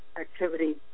activity